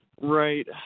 Right